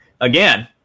again